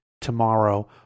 tomorrow